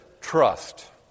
trust